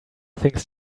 things